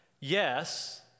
Yes